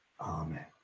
Amen